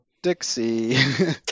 Dixie